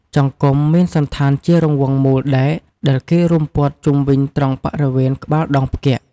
ចង្គំ មានសណ្ឋានជារង្វង់មូលដែកដែលគេរុំព័ទ្ធជុំវិញត្រង់បរិវេណក្បាលដងផ្គាក់។